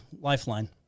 lifeline